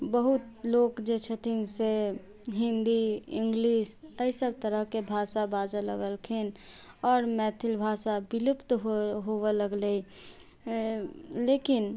बहुत लोक जे छथिन से हिन्दी इंग्लिश तै सब तरहके भाषा बाजऽ लगखिन आओर मैथिली भाषा विलुप्त होबै लगलै लेकिन